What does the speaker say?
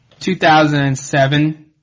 2007